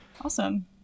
awesome